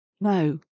No